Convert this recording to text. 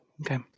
okay